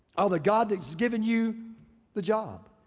ah the god that has given you the job.